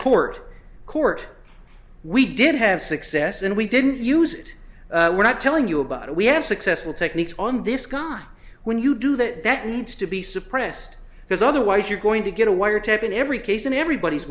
court court we did have success and we didn't use it we're not telling you about it we have successful techniques on this guy when you do that that needs to be suppressed because otherwise you're going to get a wiretap in every case and everybody's